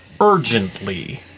urgently